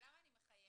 למה אני מחייכת?